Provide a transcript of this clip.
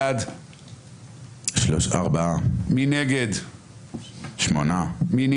4 בעד, 8 נגד, 1